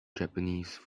japanese